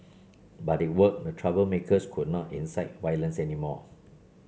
but it worked the troublemakers could not incite violence anymore